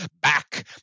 Back